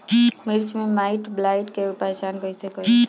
मिर्च मे माईटब्लाइट के पहचान कैसे करे?